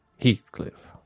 Heathcliff